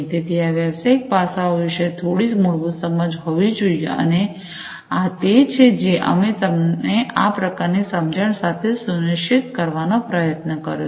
તેથી આ વ્યવસાયિક પાસાઓ વિશે થોડી મૂળભૂત સમજ હોવી જોઈએ અને આ તે છે જે અમે તમને આ પ્રકારની સમજણ સાથે સુનિશ્ચિત કરવાનો પ્રયત્ન કર્યો છે